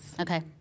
Okay